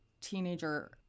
teenager